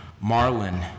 Marlin